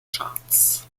charts